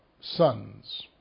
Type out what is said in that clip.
sons